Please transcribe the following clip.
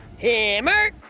Hammer